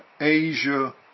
Asia